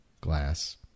glass